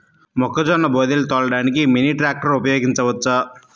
మొక్కజొన్న బోదెలు తోలడానికి మినీ ట్రాక్టర్ ఉపయోగించవచ్చా?